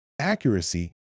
accuracy